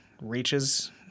reaches